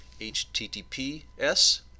HTTPS